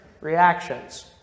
reactions